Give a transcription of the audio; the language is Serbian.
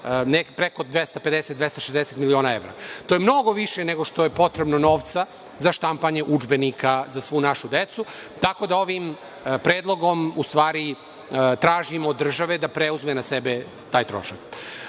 preko 250, 260 miliona evra. To je mnogo više nego što je potrebno novca za štampanje udžbenika za svu našu decu, tako da ovim predlogom, u stvari tražimo od države da preuzme na sebe taj trošak. Kao